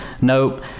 nope